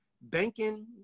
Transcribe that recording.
banking